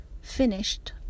finished